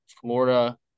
Florida